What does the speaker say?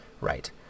Right